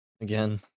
again